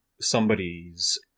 somebody's